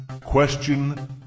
Question